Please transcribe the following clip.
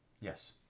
Yes